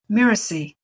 Miracy